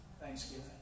Thanksgiving